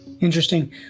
Interesting